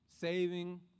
saving